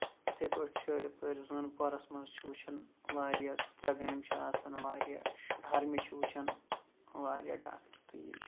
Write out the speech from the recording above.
یِتھٕے پٲٹھۍ چھُ یِپٲرۍ زٲنہٕ پورَس منٛز چھُ وٕچھان واریاہ زٕ ترے گٲمہِ چھُ آسان واریاہ ہرمہِ چھِ وٕچھان واریاہ ڈاکٹر تہٕ یہِ